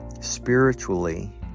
spiritually